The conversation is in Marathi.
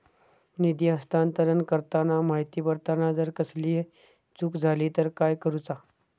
निधी हस्तांतरण करताना माहिती भरताना जर कसलीय चूक जाली तर काय करूचा?